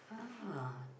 ah